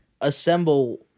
assemble